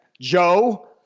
joe